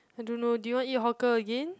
I don't know do you want eat hawker again